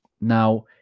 Now